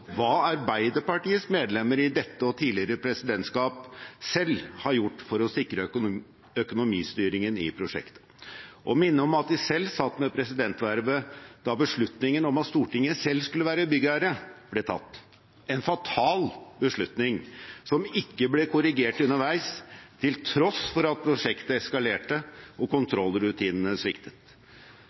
hva Arbeiderpartiets medlemmer i dette og tidligere presidentskap selv har gjort for å sikre økonomistyringen i prosjektet, og minne om at de selv satt med presidentvervet da beslutningen om at Stortinget selv skulle være byggherre, ble tatt – en fatal beslutning som ikke ble korrigert underveis, til tross for at prosjektet eskalerte og kontrollrutinene sviktet.